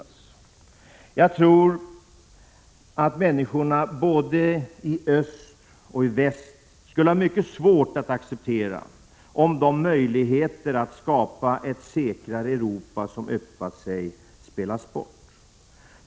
1986/87:133 Jag tror att människorna både i öst och i väst skulle ha mycket svårt att ljuni 1987 acceptera om de möjligheter att skapa ett säkrare Europa som yppat sig spelades bort.